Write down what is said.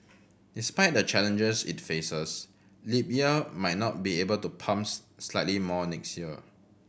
despite the challenges it faces Libya might not be able to pump slightly more next year